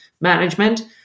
management